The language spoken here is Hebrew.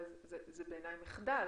זה בעיניי מחדל,